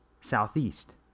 southeast